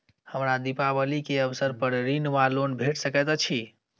हमरा दिपावली केँ अवसर पर ऋण वा लोन भेट सकैत अछि?